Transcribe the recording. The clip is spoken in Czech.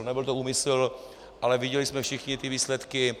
Nebyl to úmysl, ale viděli jsme všichni ty výsledky.